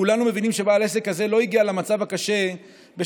כולנו מבינים שבעל עסק כזה לא הגיע למצבו הקשה בשל